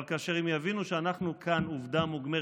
אבל כאשר הם יבינו שאנחנו כאן עובדה מוגמרת,